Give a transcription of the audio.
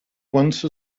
once